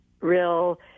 real